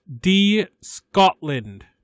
D-Scotland